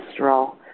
cholesterol